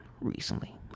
Recently